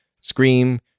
scream